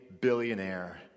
billionaire